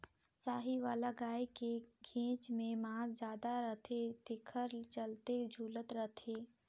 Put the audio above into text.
साहीवाल गाय के घेंच में मांस जादा रथे तेखर चलते झूलत रथे